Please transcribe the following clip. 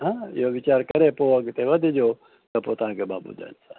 हां इहो वीचार करे पोइ अॻिते वधिजो त पोइ तव्हांखे मां ॿुधाईंदोसांव